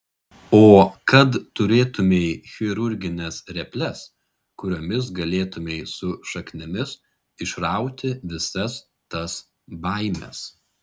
o kad turėtumei chirurgines reples kuriomis galėtumei su šaknimis išrauti visas tas baimes